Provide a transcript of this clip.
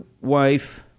wife